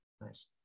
Nice